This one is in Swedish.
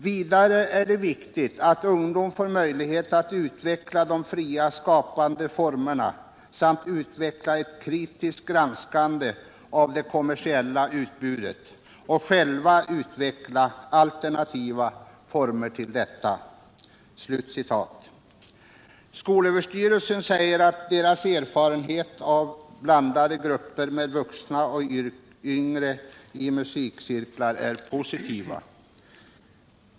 Vidare är det viktigt att ungdom får möjlighet att utveckla de fria skapande formerna samt utveckla ett kritiskt granskande av det kommersiella utbudet och själva utveckla alternativa former till detta.” Skolöverstyrelsen säger att dess erfarenheter av blandade grupper med vuxna och yngre i musikcirklar är positiva.